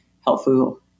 helpful